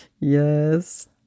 Yes